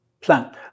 Plant